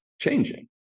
changing